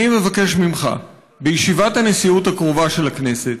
אני מבקש ממך, בישיבת הנשיאות הקרובה של הכנסת,